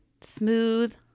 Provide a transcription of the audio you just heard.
smooth